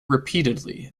repeatedly